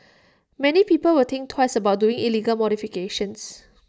many people will think twice about doing illegal modifications